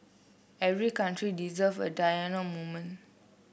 every country deserve a Diana moment